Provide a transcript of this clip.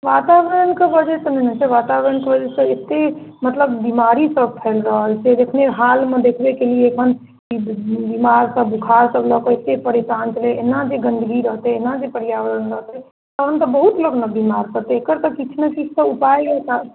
वातावरणके वजहसँ नहि होइ छै वातावरणके वजहसँ एतेक मतलब बीमारी सब फैल रहल छै जे एखने हालमे देखबे कएली एखन बीमारसब बुखारसब लऽ कऽ एतेक परेशान छलै एना जे गन्दगी रहतै एना जे पर्यावरण रहतै तहन तऽ बहुत लोक ने बीमार पड़तै एकर तऽ किछु नहि किछु तऽ उपाय